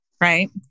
right